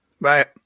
Right